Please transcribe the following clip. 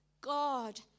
God